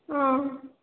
ஆ